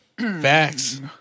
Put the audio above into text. Facts